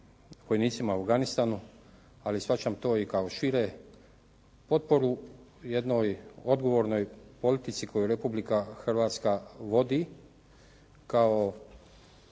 vojnicima u Afganistanu, ali shvaćam to i kao šire, potporu jednoj odgovornoj politici koju Republika Hrvatska vodi kao